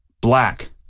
black